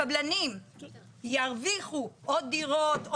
הקבלנים ירוויחו עוד דירות,